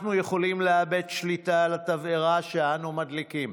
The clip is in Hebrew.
אנחנו יכולים לאבד שליטה על התבערה שאנו מדליקים.